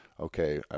okay